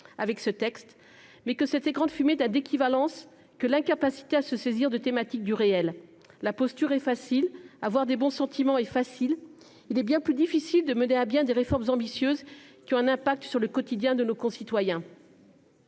mépris !... mais que cet écran de fumée n'a d'équivalence que l'incapacité à se saisir des thématiques du réel. La posture est facile, faire montre de bons sentiments l'est aussi. Il est bien plus difficile de mener à bien des réformes ambitieuses qui ont un impact sur le quotidien de nos concitoyens.